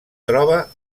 troba